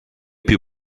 più